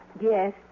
Yes